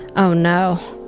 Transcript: oh no,